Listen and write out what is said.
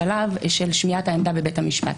בשלב של שמיעת העמדה בבית המשפט